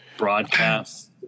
Broadcast